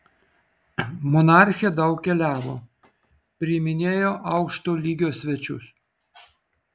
monarchė daug keliavo priiminėjo aukšto lygio svečius